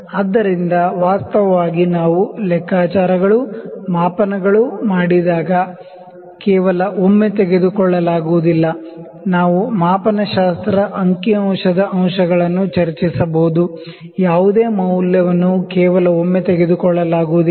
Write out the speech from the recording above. ಆದ್ದರಿಂದ ವಾಸ್ತವವಾಗಿ ನಾವು ಲೆಕ್ಕಾಚಾರಗಳು ಮಾಪನಗಳು ಮಾಡಿದಾಗ ಕೇವಲ ಒಮ್ಮೆ ತೆಗೆದುಕೊಳ್ಳಲಾಗುವುದಿಲ್ಲ ನಾವು ಮಾಪನಶಾಸ್ತ್ರ ಅಂಕಿಅಂಶದ ಅಂಶಗಳನ್ನು ಚರ್ಚಿಸಬಹುದು ಯಾವುದೇ ಮೌಲ್ಯವನ್ನು ಕೇವಲ ಒಮ್ಮೆ ತೆಗೆದುಕೊಳ್ಳಲಾಗುವುದಿಲ್ಲ